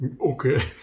Okay